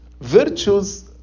virtues